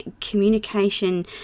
communication